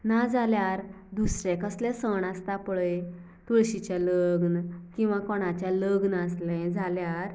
ना जाल्यार दुसरे कसले सण आसता पळय तुळशींचें लग्न किंवा कोणाचें लग्न आसलें जाल्यार